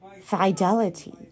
fidelity